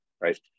right